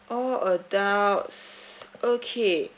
all adults okay